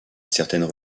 certaines